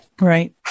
Right